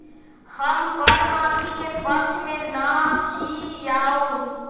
हम कर माफी के पक्ष में ना ही याउ